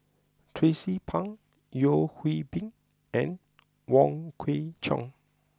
Tracie Pang Yeo Hwee Bin and Wong Kwei Cheong